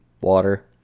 water